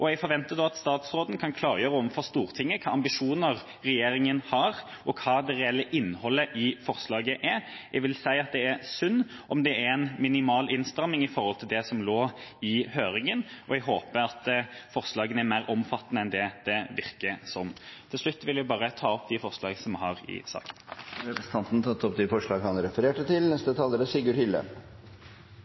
jeg forventer at statsråden kan klargjøre overfor Stortinget hvilke ambisjoner regjeringa har, og hva det reelle innholdet i forslaget er. Det er synd om det er en minimal innstramming i forhold til det som lå i høringsforslaget, og jeg håper at forslagene er mer omfattende enn det det virker som. Til slutt vil jeg ta opp de forslagene vi har i saken. Representanten Torstein Tvedt Solberg har tatt opp de forslagene han refererte til. Gjeld er jo noe de fleste personer har. I vårt land er